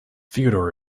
theodore